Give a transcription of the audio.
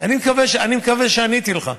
אני מקווה שעניתי לך,